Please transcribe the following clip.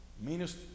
meanest